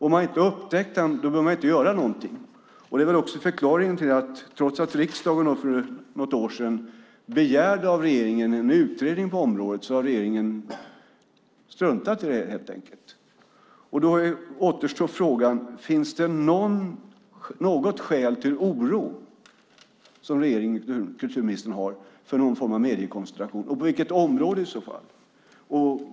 Om man inte har upptäckt den behöver man heller inte göra något, och det är väl också förklaringen till att regeringen har struntat i att utreda detta, trots att riksdagen för några år sedan av regeringen begärde en utredning på området. Då återstår frågan: Finns det enligt kulturministern något skäl till oro för någon form av mediekoncentration, och i så fall på vilket område?